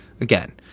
again